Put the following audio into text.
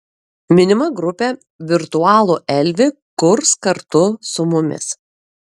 minima grupė virtualų elvį kurs kartu su mumis